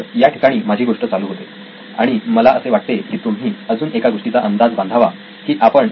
तर याठिकाणी माझी गोष्ट चालू होते आणि मला असे वाटते की तुम्ही अजून एका गोष्टीचा अंदाज बांधावा की आपण कुठल्या प्रकारच्या जागेवर जात आहोत